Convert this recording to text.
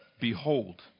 Behold